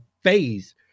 phase